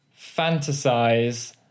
fantasize